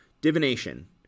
Divination